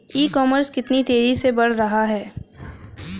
E commerce कितनी तेजी से बढ़ रहा है?